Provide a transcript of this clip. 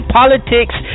politics